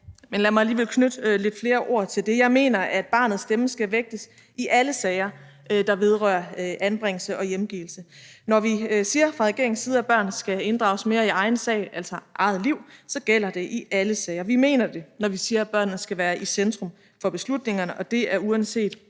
men lad mig alligevel knytte lidt flere ord til det. Jeg mener, at barnets stemme skal vægtes i alle sager, der vedrører anbringelse og hjemgivelse. Når vi fra regeringens side siger, at børnene skal inddrages mere i egen sag, altså i eget liv, så gælder det i alle sager. Vi mener det, når vi siger, at børnene skal være i centrum for beslutningerne, og det er, uanset